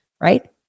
right